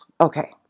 okay